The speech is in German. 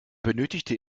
benötigte